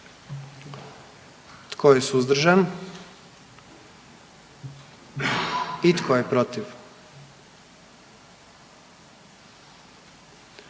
Tko je suzdržan? I tko je protiv?